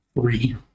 Three